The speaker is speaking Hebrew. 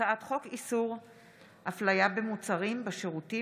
הצעת חוק איסור הפליה במוצרים, בשירותים